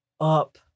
up